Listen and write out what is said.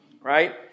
right